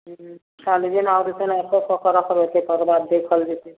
हूँ हूँ ताबे जेना होतै तेना कऽ कऽ कऽ रखबै तकर बाद देखल जेतै